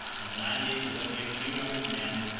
and landed, with only a few hundred men,